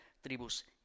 tribus